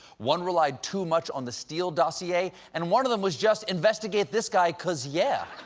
one relied too much on the steele dossier, and one of them was just, investigate this guy, cuz, yeah.